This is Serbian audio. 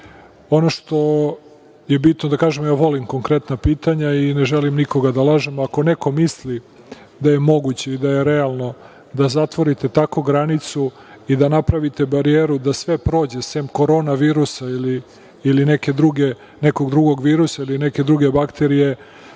što je bitno da kažem, ja volim konkretna pitanja i ne želim nikoga da lažem, ako neko misli da je moguće i da je realno da zatvorite tako granicu i da napravite barijeru da sve prođe sem korona virusa ili nekog drugog virusa ili neke druge bakterije,